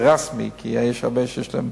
רשמי, כי יש הרבה כאלה שיש להם